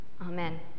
Amen